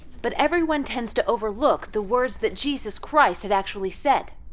but everyone tends to overlook the words that jesus christ had actually said,